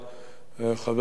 חבר הכנסת זחאלקה,